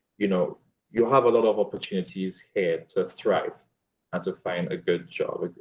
you know you have a lot of opportunities here to thrive and to find a good job.